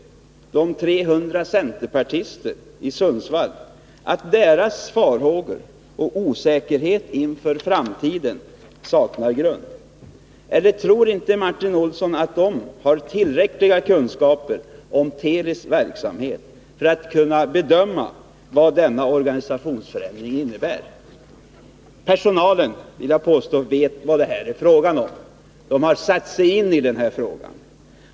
300 centerpartister i Sundsvall — nu ser och den osäkerhet som alla känner inför framtiden saknar grund? Tror inte Martin Olsson att de har tillräckliga kunskaper om Telis verksamhet för att kunna bedöma vad den diskuterade organisationsförändringen innebär? Jag vill påstå att personalen vet vad det här är fråga om. Den har satt sig in i den här frågan.